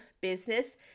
business